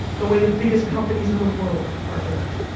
the way the biggest companies in the world are built.